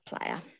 player